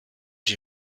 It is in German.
die